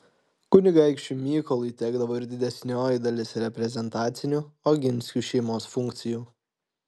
kunigaikščiui mykolui tekdavo ir didesnioji dalis reprezentacinių oginskių šeimos funkcijų